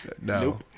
No